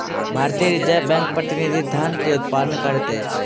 भारतीय reserve bank प्रतिनिधि धन के उत्पादन करैत अछि